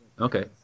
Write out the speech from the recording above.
Okay